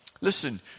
Listen